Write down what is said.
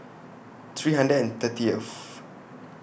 three hundred and thirtieth